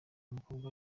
mukobwa